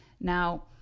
Now